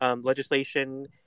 legislation